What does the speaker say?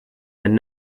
and